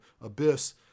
abyss